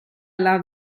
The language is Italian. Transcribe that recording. alla